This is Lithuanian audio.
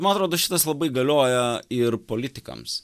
man rodos šitas labai galioja ir politikams